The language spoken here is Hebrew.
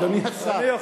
אדוני השר,